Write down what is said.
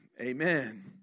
Amen